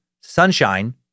Sunshine